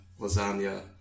lasagna